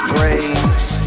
Braves